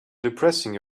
depressing